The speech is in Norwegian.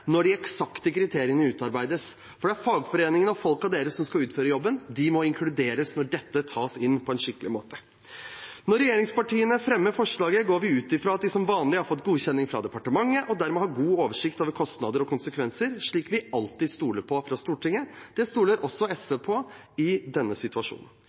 når de eksakte kriteriene utarbeides. Det er fagforeningene og deres folk som skal utføre jobben, og de må inkluderes når dette tas inn, på en skikkelig måte. Når regjeringspartiene fremmer forslaget, går vi ut fra at de som vanlig har fått godkjenning fra departementet og dermed har god oversikt over kostnader og konsekvenser, slik vi alltid stoler på fra Stortingets side. Det stoler SV også på i denne situasjonen.